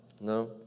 No